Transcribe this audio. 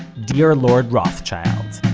dear lord rothschild.